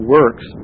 Works